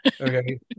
Okay